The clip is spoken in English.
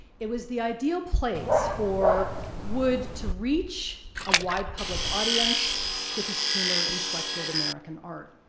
it was the ideal place for wood to reach a wide public audience with his humor inflected american art.